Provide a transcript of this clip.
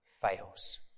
fails